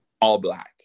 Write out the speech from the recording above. all-Black